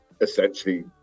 essentially